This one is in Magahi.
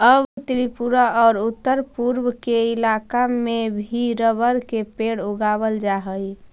अब त्रिपुरा औउर उत्तरपूर्व के इलाका में भी रबर के पेड़ उगावल जा हई